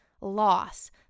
Loss